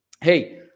Hey